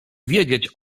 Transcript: wiedzieć